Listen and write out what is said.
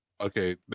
okay